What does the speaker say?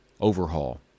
overhaul